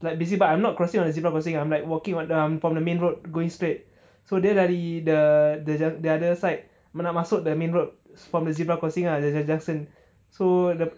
like busy but I'm not crossing on the zebra crossing I'm like walking on um from the main road going straight so dia dari the the j~ the other side nak masuk the main road from the zebra crossing ah the junction so the